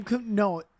No